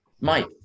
Mike